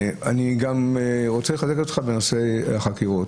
אני גם רוצה לחזק אותך בנושא החקירות.